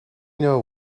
know